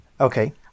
Okay